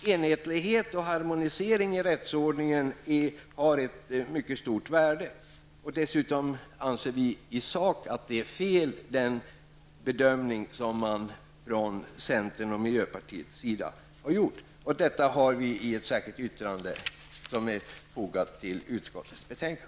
Enhetlighet och harmonisering i rättsordningen har ett mycket stort värde. Dessutom anser vi att den bedömning som centern och miljöpartiet har gjort i sak är fel. Det har vi framfört i ett särskilt yttrande fogat vid utskottets betänkandet.